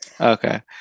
okay